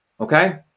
Okay